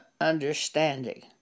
understanding